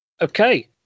Okay